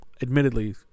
admittedly